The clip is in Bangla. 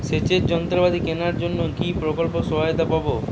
সেচের যন্ত্রপাতি কেনার জন্য কি প্রকল্পে সহায়তা পাব?